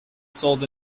sold